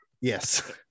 yes